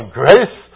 grace